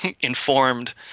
informed